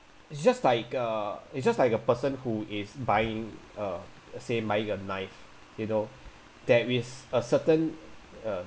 it's just like uh it's just like a person who is buying uh say buying a knife you know there is a certain uh